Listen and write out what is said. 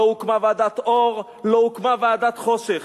לא הוקמה ועדת-אור ולא הוקמה ועדת-חושך.